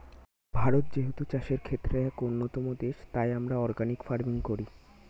ভারত যেহেতু চাষের ক্ষেত্রে এক অন্যতম দেশ, তাই আমরা অর্গানিক ফার্মিং করি